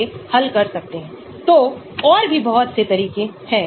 तो हमारे पास 3 fused rings rings हैं